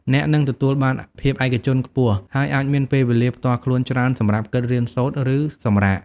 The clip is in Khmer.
អ្នកនឹងទទួលបាន ភាពឯកជនខ្ពស់ ហើយអាចមានពេលវេលាផ្ទាល់ខ្លួនច្រើនសម្រាប់គិត រៀនសូត្រ ឬសម្រាក។